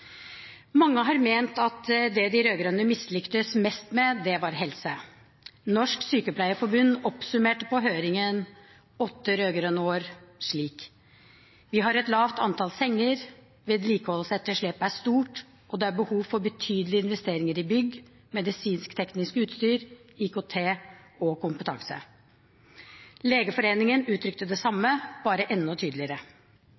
Mange har ment at det de rød-grønne mislyktes mest med, var helse. Norsk Sykepleierforbund oppsummerte i høringsuttalelsen åtte rød-grønne år slik: Norge har et lavt antall senger . Vedlikeholdsetterslepet ved norske sykehus er stort, og det er behov for betydelige investeringer i bygg, medisinsk-teknisk utstyr, IKT og kompetanse.» Legeforeningen uttrykte det samme, bare enda tydeligere.